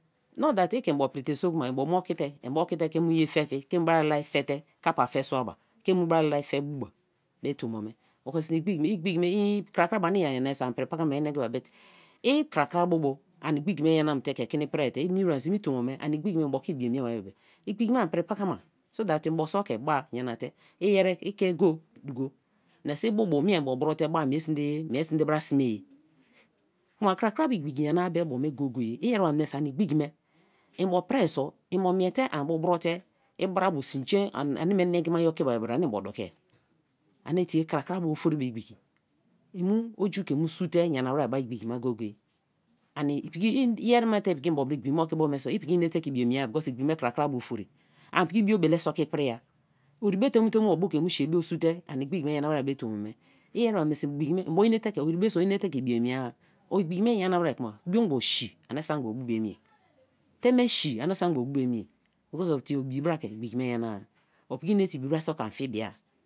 Not that i ke imbo prite so kuma mbo mu oke te ke mu ye fe fi, ke mu brulala fe te, kappa fe sua bu, ke mu brulala fe bu ba me tombo me oko sme igbigi me; éhn igbiki me krakra bo ani nyana ye so, ani pri pakaba ma me ani nengi ba, buti krakra bu bu ani igbiki me nyana te ke kini prite tei inimim me tombo, me mbo ke ibiye mie ba bebe n igbiki me ani pri pakama so that mbo so ke ba nyana te i ere; ba ikego duko me miso ibu bo mie ibu bro te ba mie sme ye, mie sme ibu bro sme, knta krakra bu igbiki nyana-a be bo me go-go-e i: ere ba menise ani igbiki me mbo pri sombo miete an bu brote i bra bu sin jen ani me nengi ma ye oki ba bra animbo dokiar, ani tre krakra bu ofori be igbiki, i mu oju ke sun te nya na wer be igbiki ma go-go-e ani i yeri ma te piki mbo bara igbiki me okibo be so i piki ke inete ke ibiye mie because igbiki me kra kra bo ofori an piki biobele so ke ipria, ori be te mu te mu o bra ke sun te ani igbiki me nyana wer be tombo mei i ere ba mieso, igbiki me mbo ori be so o nete ke i hiye miea, biogbon shei ani saki memgba o bu bio enii-e, teme shei ani sak nemgba o bu bio emie, because, tie o ibi bra ke igbiki me nyana-a, o piki ine ibi bra so ke an fi bia.